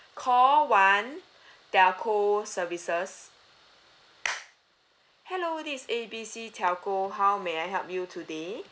call one telco services hello this is A B C telco how may I help you today